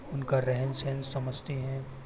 उनका रहन सहन समझते हैं